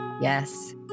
yes